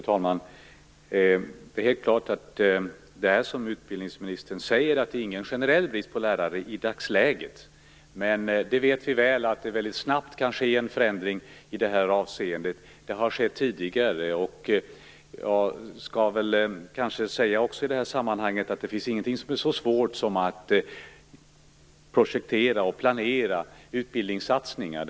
Fru talman! Det är helt klart, som utbildningsministern säger, att det inte är någon generell brist på lärare i dagsläget, men vi vet mycket väl att det snabbt kan ske en förändring i det avseendet. Det har skett tidigare. Jag vill i det här sammanhanget säga att det inte finns något så svårt som att projektera och planera utbildningssatsningar.